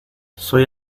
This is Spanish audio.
soy